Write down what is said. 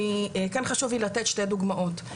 כן חשוב לי לתת שתי דוגמאות.